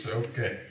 okay